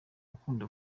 ukunda